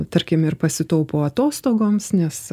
tarkim ir pasitaupo atostogoms nes